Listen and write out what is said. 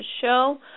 show